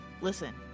listen